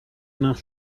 nach